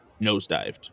nosedived